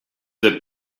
the